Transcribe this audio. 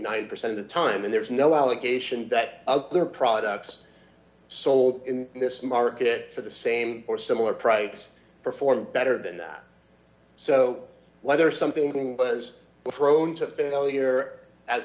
nine percent of the time and there's no allegation that their products sold in this market for the same or similar price perform better than that so whether something was prone to failure as